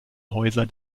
häuser